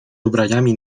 ubraniami